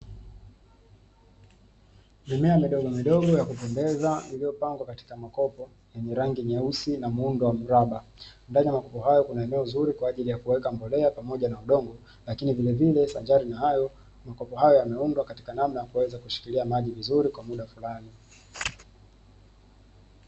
Mimea midogomidogo ya kupendeza, iliyopandwa katika makopo yenye rangi nyeusi na muundo wa miraba, ndani ya makopo hayo kuna eneo zuri la kuweka mbolea pamoja na udongo lakini vilevile sanjari na hayo makopo haya yameundwa katika hali nzuri inayoweza kushikilia maji kwa muda fulani.